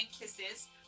kisses